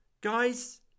Guys